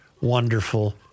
wonderful